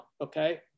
okay